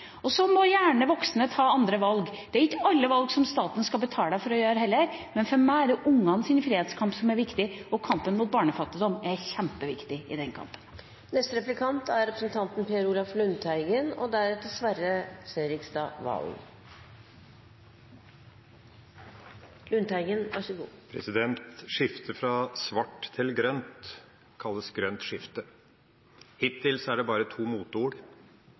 Og så må gjerne voksne ta andre valg. Det er heller ikke alle valg som staten skal betale en for å gjøre, men for meg er det ungenes frihetskamp som er viktig, og i den kampen er kampen mot barnefattigdom kjempeviktig. Skiftet fra svart til grønt kalles grønt skifte. Hittil er det bare to moteord. Orda må gis innhold. Ungdom må gis mulighet for et interessant, godt betalt arbeid dersom de går inn i de to